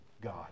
God